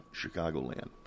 Chicagoland